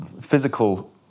physical